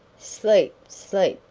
sleep, sleep,